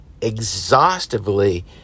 exhaustively